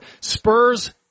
Spurs